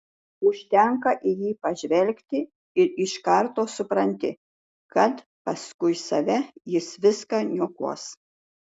užtenka į jį pažvelgti ir iš karto supranti kad paskui save jis viską niokos